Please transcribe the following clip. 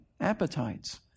appetites